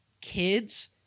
kids